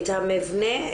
את המבנה,